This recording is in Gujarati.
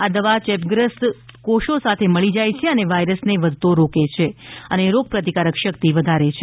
આ દવા ચેપગ્રસ્ત કોષો સાથે ભળી જાય છે અને વાયરસને વધતો રોકે છે અને રોગપ્રતિકારક શક્તિ વધારે છે